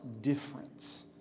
difference